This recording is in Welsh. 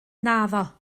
naddo